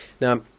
Now